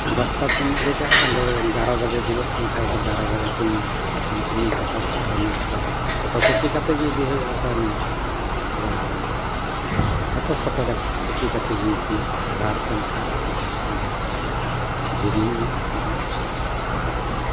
ᱫᱚᱥᱴᱟ ᱛᱤᱧ ᱩᱰᱩᱠᱚᱜᱼᱟ ᱚᱸᱰᱮ ᱮᱜᱟᱨᱚ ᱵᱟᱡᱮ ᱡᱷᱤᱡᱚᱜ ᱠᱟᱱ ᱠᱷᱟᱱ ᱮᱜᱟᱨᱚ ᱵᱟᱡᱟᱜ ᱛᱤᱧ ᱟᱢ ᱴᱷᱤᱱᱤᱧ ᱥᱮᱴᱮᱨᱚᱜᱼᱟ ᱟᱨ ᱚᱱᱟ ᱠᱚᱫᱚ ᱯᱷᱳᱴᱳ ᱠᱚᱯᱤ ᱠᱟᱛᱮᱫ ᱜᱮ ᱤᱫᱤ ᱦᱩᱭᱩᱜᱼᱟ ᱥᱮ ᱱᱚᱝᱠᱟ ᱫᱚ ᱵᱟᱝ ᱦᱮᱸᱛᱚ ᱯᱷᱳᱴᱳ ᱠᱚᱯᱤ ᱠᱟᱛᱮᱫ ᱜᱤᱧ ᱤᱫᱤᱭᱟ Aadhaar PAN card Kisan credit card ᱨᱮ ᱡᱚᱭᱮᱱᱤᱝ ᱚᱜ ᱞᱟᱹᱜᱤᱫ ᱤᱧ ᱠᱚᱨᱟᱣᱮᱫᱟ